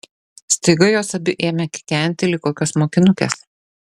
staiga jos abi ėmė kikenti lyg kokios mokinukės